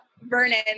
Vernon